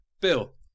Bill